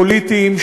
פוליטיים,